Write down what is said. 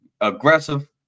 aggressive